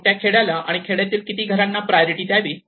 कोणत्या खेड्याला आणि खेड्यातील किती घरांना प्रायोरिटी द्यावी